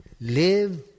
Live